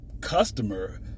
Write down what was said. customer